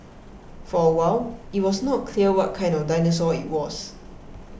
for a while it was not clear what kind of dinosaur it was